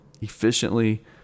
efficiently